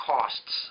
Costs